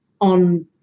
on